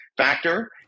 factor